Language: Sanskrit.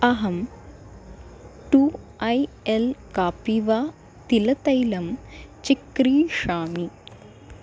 अहं टु ऐ एल् कापि वा तिलतैलं चिक्रीणामि